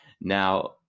Now